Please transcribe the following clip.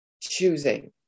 choosing